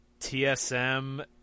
TSM